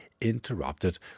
interrupted